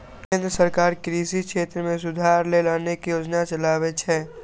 केंद्र सरकार कृषि क्षेत्र मे सुधार लेल अनेक योजना चलाबै छै